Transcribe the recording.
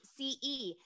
CE